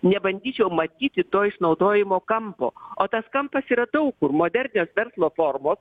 nebandyčiau matyti to išnaudojimo kampo o tas kampas yra daug kur modernios verslo formos